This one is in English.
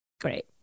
great